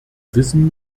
wissen